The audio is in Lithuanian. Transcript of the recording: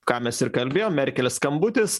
ką mes ir kalbėjom merkel skambutis